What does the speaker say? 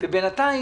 בינתיים,